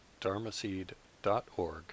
dharmaseed.org